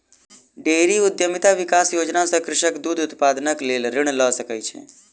dairy उद्यमिता विकास योजना सॅ कृषक दूध उत्पादनक लेल ऋण लय सकै छै